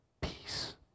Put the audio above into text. peace